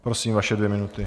Prosím, vaše dvě minuty.